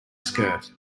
skirt